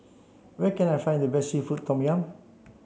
where can I find the best Seafood Tom Yum